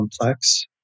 complex